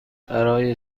برای